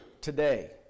today